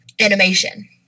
animation